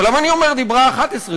אבל למה אני אומר הדיבר ה-11?